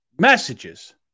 messages